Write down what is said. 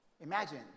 Imagine